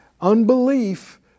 Unbelief